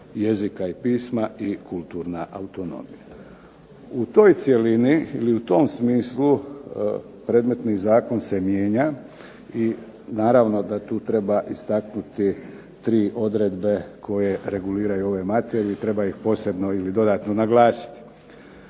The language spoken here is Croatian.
jezika, pisma i kulturna autonomija. U toj cjelini ili u tom smislu predmetni zakon se mijenja i naravno da tu treba istaknuti tri odredbe koje reguliraju ove materije. Treba ih posebno ili dodatno naglasiti.